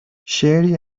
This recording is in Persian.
شعری